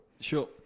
Sure